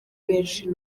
benshi